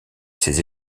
ses